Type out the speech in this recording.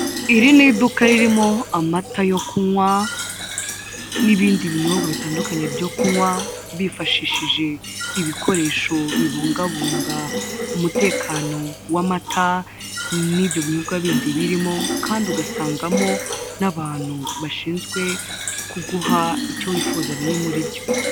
Iri ni iduka ririmo amata yo kunywa n'ibindi binyobwa bitandukanye byo kunywa, bifashishije ibikoresho bibungabunga umutekano w'amata n'ibyo binyobwa bindi birimo, kandi ugasangamo n'abantu bashinzwe kuguha icyo wifuza, bimwe muri byo.